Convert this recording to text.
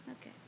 Okay